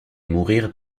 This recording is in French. mourir